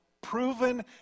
proven